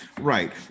Right